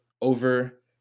over